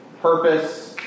purpose